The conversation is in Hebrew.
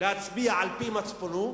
להצביע על-פי מצפונו או